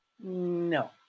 No